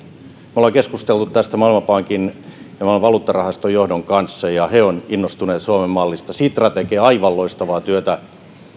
me olemme keskustelleet tästä maailmanpankin ja maailman valuuttarahaston johdon kanssa ja he ovat innostuneet suomen mallista sitra tekee aivan loistavaa työtä